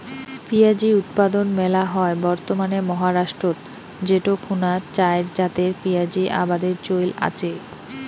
পিঁয়াজী উৎপাদন মেলা হয় বর্তমানে মহারাষ্ট্রত যেটো খুনা চাইর জাতের পিয়াঁজী আবাদের চইল আচে